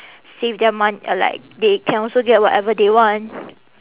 save their mon~ uh like they can also get whatever they want